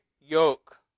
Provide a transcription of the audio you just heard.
yoke